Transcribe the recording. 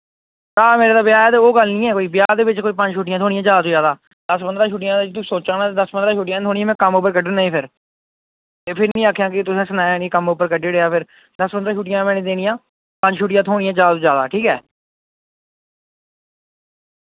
भ्रा मेरे दा ब्याह् ऐ ते ओह् गल्ल निं ऐ कोई ब्याह् दे बिच कोई पंज छुट्टियां थोह्नियां जैदा तो जैदा दस पन्दरां छुट्टियां जे तू सोचा ना दस्स पन्दरां छुट्टियां निं थ्होनियां में कम्म पर कड्डना ही फिर ते फिर निं आखेआं कि तुसैं सनाया निं कम्म उप्पर कड्डी ओड़ेआ फिर दस पन्दरां छुट्टियां में निं देनियां पंज छुट्टियां थ्होनियां जैदा तों जैदा ठीक ऐ